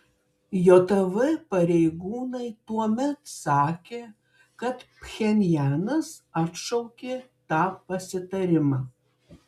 jav pareigūnai tuomet sakė kad pchenjanas atšaukė tą pasitarimą